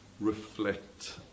reflect